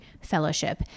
fellowship